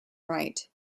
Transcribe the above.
right